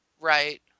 right